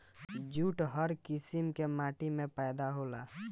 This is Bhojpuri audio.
जूट हर किसिम के माटी में पैदा होला